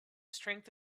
strength